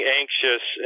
anxious